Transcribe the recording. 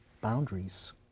boundaries